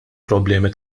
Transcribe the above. problemi